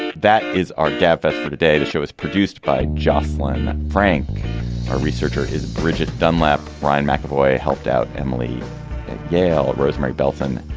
that is our gabfests for today. the show was produced by josslyn frank our researcher is bridget dunlap ryan macavoy helped out emily gail, rosemary belton.